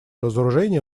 разоружения